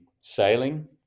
sailing